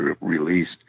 released